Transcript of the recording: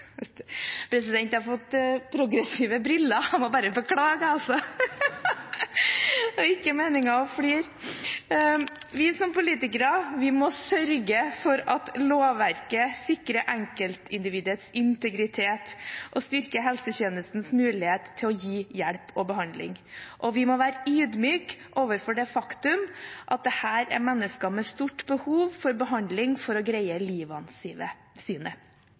President, jeg har fått progressive briller – jeg må bare beklage, det er ikke meningen å le. Vi som politikere må sørge for at lovverket sikrer enkeltindividets integritet og styrker helsetjenestens mulighet til å gi hjelp og behandling. Vi må være ydmyke overfor det faktum at dette er mennesker med stort behov for behandling for å greie